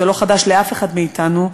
וזה לא חדש לאף אחד מאתנו.